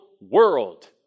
world